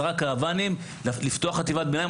10 קרוואנים כדי לפתוח חטיבת ביניים,